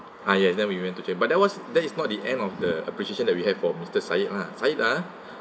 ah yes then we went to check but that was that is not the end of the appreciation that we have for mister sayid lah sayid ah